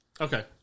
Okay